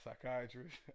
psychiatrist